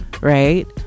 Right